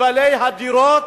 לבעלי הדירות.